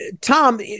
Tom